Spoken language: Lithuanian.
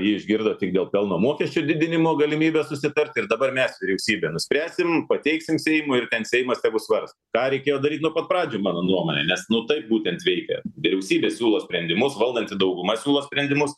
ji išgirdo tik dėl pelno mokesčių didinimo galimybę susitart ir dabar mes vyriausybė nuspręsim pateiksim seimui ir ten seimas tegu svarsto ką reikėjo daryt nuo pat pradžių mano nuomone nes nu taip būtent veikia vyriausybė siūlo sprendimus valdanti dauguma siūlo sprendimus